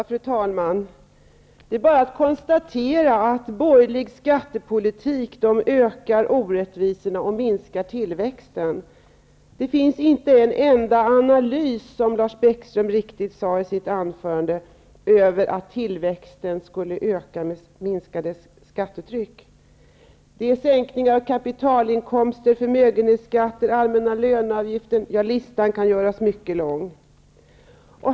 Fru talman! Det är bara att konstatera att borgerlig skattepolitik ökar orättvisorna och minskar tillväxten. Det finns, som Lars Bäckström sade i sitt anförande, inte en enda analys som visar att tillväxten skulle öka med ett minskat skattetryck. Det leder i stället till en sänkning av kapitalinkomster, förmögenhetsskatter, allmänna löneavgifter -- ja, listan kan göras mycket lång.